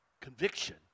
Conviction